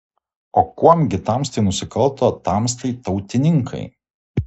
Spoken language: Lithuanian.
o kuom gi tamstai nusikalto tamstai tautininkai